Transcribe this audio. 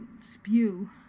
spew